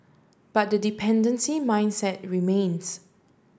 but the dependency mindset remains